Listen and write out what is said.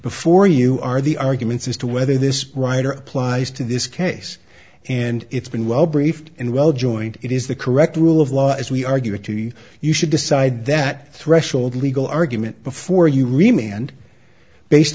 before you are the arguments as to whether this rider applies to this case and it's been well briefed and well joint it is the correct rule of law as we argue it to you you should decide that threshold legal argument before you remain and based